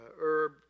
herb